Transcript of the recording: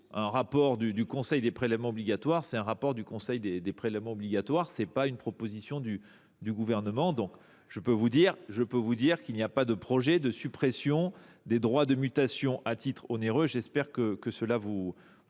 Un rapport du Conseil des prélèvements obligatoires, c’est un rapport du Conseil des prélèvements obligatoires, ce n’est pas une proposition du Gouvernement ! Oh, pardon… Je vous l’affirme, il n’y a pas de projet de suppression des droits de mutation à titre onéreux : j’espère que cela vous